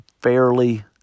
fairly